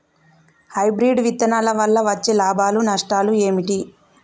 Hybrid విత్తనాల వల్ల వచ్చే లాభాలు నష్టాలు ఏమిటి?